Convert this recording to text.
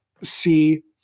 see